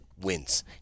wins